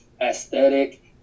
aesthetic